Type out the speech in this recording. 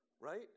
right